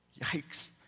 Yikes